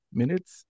minutes